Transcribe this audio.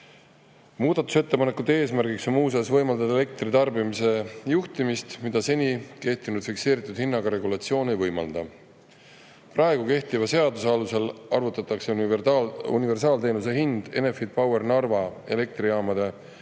Muudatusettepaneku eesmärk on muu seas võimaldada elektritarbimise juhtimist, mida seni kehtinud fikseeritud hinnaga regulatsioon ei võimalda. Praegu kehtiva seaduse alusel arvutatakse universaalteenuse hind Enefit Poweri Narva elektrijaamade kolme